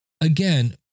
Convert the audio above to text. again